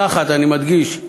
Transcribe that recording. מתחת, אני מדגיש,